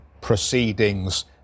proceedings